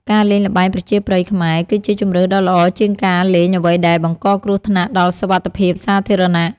ការលេងល្បែងប្រជាប្រិយខ្មែរ គឺជាជម្រើសដ៏ល្អជាងការលេងអ្វីដែលបង្កគ្រោះថ្នាក់ដល់សុវត្ថិភាពសាធារណៈ។